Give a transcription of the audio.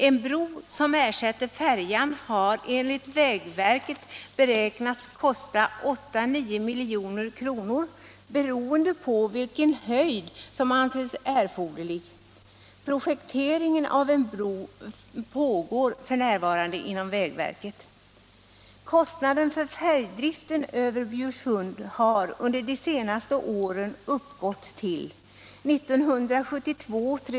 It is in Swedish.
En bro som ersätter färjan har enligt vägverket beräknats kosta 8-9 milj.kr., beroende på vilken höjd som anses erforderlig. Projekteringen av en bro pågår f.n. inom vägverket. Kostnaderna för färjtrafiken över Bjursund har under de senaste åren uppgått till 370 000 kr.